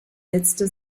setzte